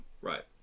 Right